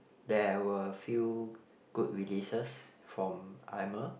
there were few good releases from